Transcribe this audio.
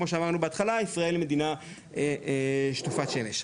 כמו שאמרנו בהתחלה ישראל היא מדינה שטופת שמש.